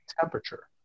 temperature